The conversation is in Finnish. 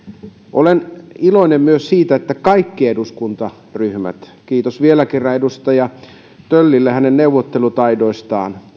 olen iloinen myös siitä että kaikki eduskuntaryhmät kiitos vielä kerran edustaja töllille hänen neuvottelutaidoistaan